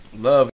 Love